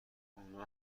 اونها